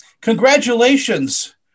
Congratulations